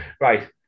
Right